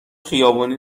خیابانی